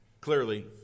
Clearly